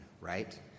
right